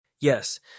Yes